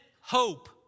hope